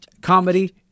comedy